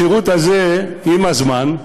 השירות הזה, עם הזמן,